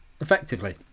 effectively